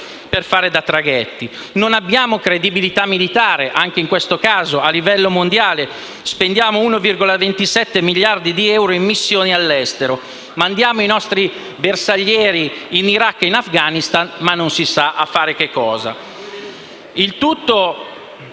Non abbiamo credibilità militare, anche in questo caso a livello mondiale: spendiamo 1,27 miliardi di euro in missioni all'estero, mandiamo i nostri bersaglieri in Iraq e in Afghanistan ma non si sa a fare cosa.